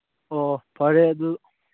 ꯑꯣ ꯐꯔꯦ ꯑꯗꯨ